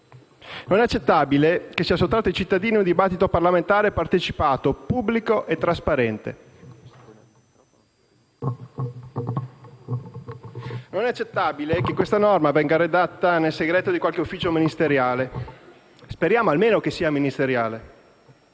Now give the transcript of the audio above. Non è accettabile che sia sottratto ai cittadini un dibattito parlamentare partecipato, pubblico e trasparente. Non è accettabile che questa norma venga redatta nel segreto di qualche ufficio ministeriale - speriamo almeno che sia ministeriale